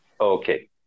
Okay